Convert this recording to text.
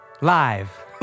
live